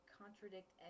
contradict